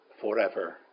forever